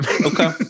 Okay